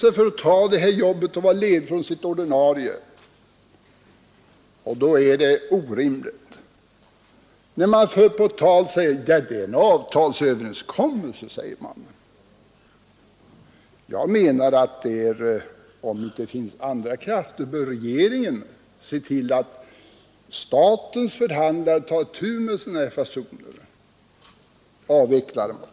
Och när man för det på tal får man höra att det är en avtalsöverenskommelse. Om det inte finns andra krafter som kan rätta till det bör regeringen se till att statens förhandlare tar itu med sådana här fasoner och avvecklar dessa regler.